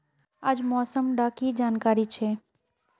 आज मौसम डा की जानकारी छै?